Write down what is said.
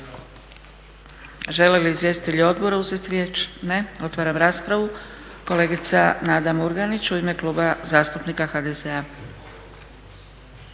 Želi li izvjestitelj odbora uzeti riječ? Ne. Otvaram raspravu. Kolegica Nada Murganić u ime Kluba zastupnika HDZ-a.